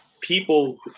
people